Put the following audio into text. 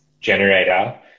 generator